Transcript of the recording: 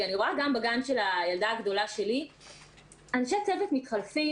אני רואה גם בגן של הילדה הגדולה שלי אנשי צוות מתחלפים.